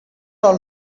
all